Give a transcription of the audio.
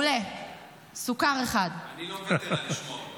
את לא --- אני לא יודעת איך אתה יכול ליישר קו עם הדבר הזה.